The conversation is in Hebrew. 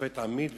שופט עמית,